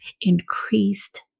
increased